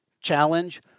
challenge